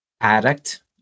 addict